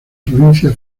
provincia